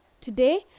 Today